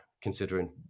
considering